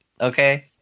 Okay